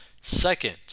Second